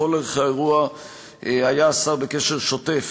לאורך כל האירוע היה השר בקשר שוטף